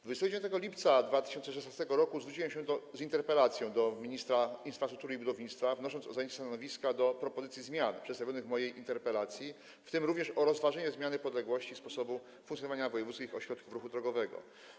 29 lipca 2016 r. zwróciłem się z interpelacją do ministra infrastruktury i budownictwa, wnosząc o zajęcie stanowiska wobec propozycji zmian przedstawionych w mojej interpelacji, w tym również o rozważenie zmiany podległości sposobu funkcjonowania wojewódzkich ośrodków ruchu drogowego.